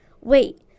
Wait